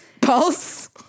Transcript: Pulse